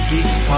Geeks